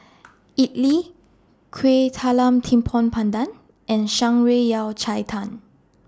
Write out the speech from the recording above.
Idly Kueh Talam Tepong Pandan and Shan Rui Yao Cai Tang